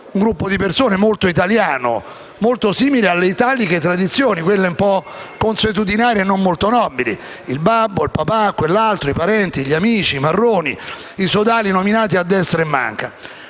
poi in realtà molto italiano e molto vicino alle italiche tradizioni, quelle un po' consuetudinarie e non molto nobili: il babbo, il papà, quell'altro, i parenti, gli amici, Marroni e i sodali nominati a destra e manca.